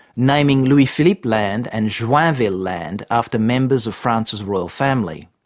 naming louis-philippe land and joinville land after members of france's royal family.